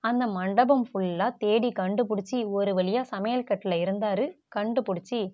அந்த மண்டபம் ஃபுல்லாக தேடி கண்டுபுடித்து ஒரு வழியாக சமையல்கட்டில் இருந்தார் கண்டுபுடித்து